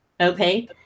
okay